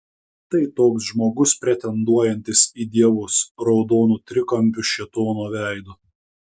tai toks žmogus pretenduojantis į dievus raudonu trikampiu šėtono veidu